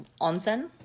onsen